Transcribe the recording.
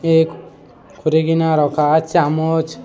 ଏ ରଖା ଚାମଚ